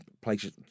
places